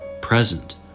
present